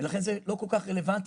ולכן זה לא כל כך רלוונטי,